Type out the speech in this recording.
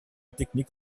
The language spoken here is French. technique